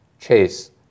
Chase